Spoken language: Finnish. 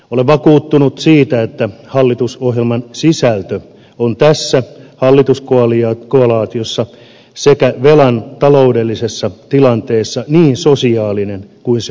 olen vakuuttunut siitä että hallitusohjelman sisältö on tässä hallituskoalitiossa sekä velan taloudellisessa tilanteessa niin sosiaalinen kuin se on mahdollista